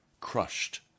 crushed